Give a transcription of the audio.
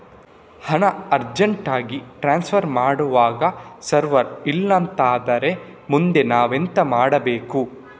ಹಣ urgent transfer ಮಾಡ್ವಾಗ server ಇಲ್ಲಾಂತ ಆದ್ರೆ ಮುಂದೆ ನಾವೆಂತ ಮಾಡ್ಬೇಕು?